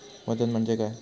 वजन म्हणजे काय असता?